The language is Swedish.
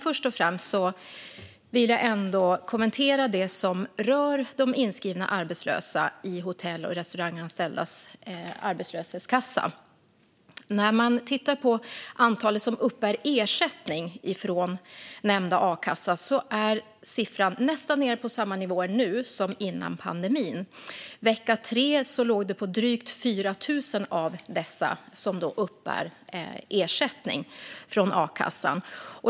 Först vill jag dock kommentera det som rör de inskrivna arbetslösa i Hotell och restauranganställdas arbetslöshetskassa. Antalet som uppbär ersättning från nämnda a-kassa är nästan nere på samma nivå nu som före pandemin; vecka 3 var det drygt 4 000 av dessa som uppbar ersättning från a-kassan.